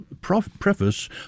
preface